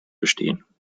bestehen